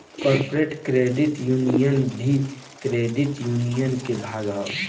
corporate credit union भी credit union के भाग ह